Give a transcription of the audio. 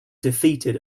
defeated